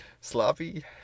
sloppy